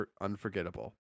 unforgettable